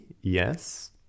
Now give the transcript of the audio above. yes